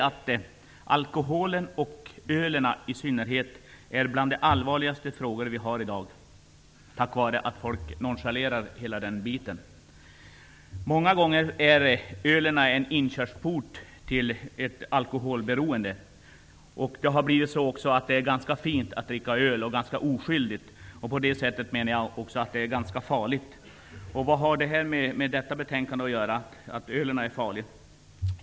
Alkohol, i synnerhet öl, är en av de allvarligaste frågor vi har i dag, tack vare att folk nonchalerar den. Många gånger är öl en inkörsport till ett alkoholberoende. Det har blivit fint att dricka öl, och det anses oskyldigt. Jag menar att det därför är farligt. Vad har nu detta med betänkandet att göra, att öl är farligt?